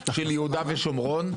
של יהודה ושומרון,